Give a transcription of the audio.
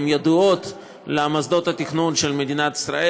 הן ידועות למוסדות התכנון של מדינת ישראל.